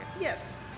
Yes